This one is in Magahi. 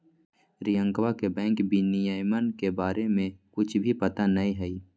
रियंकवा के बैंक विनियमन के बारे में कुछ भी पता ना हई